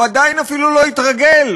הוא עדיין אפילו לא התרגל,